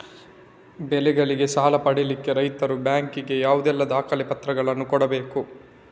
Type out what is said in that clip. ಬೆಳೆಗಳಿಗೆ ಸಾಲ ಪಡಿಲಿಕ್ಕೆ ರೈತರು ಬ್ಯಾಂಕ್ ಗೆ ಯಾವುದೆಲ್ಲ ದಾಖಲೆಪತ್ರಗಳನ್ನು ಕೊಡ್ಬೇಕು?